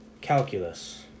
calculus